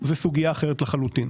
זה סוגיה אחרת לחלוטין.